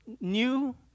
new